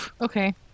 Okay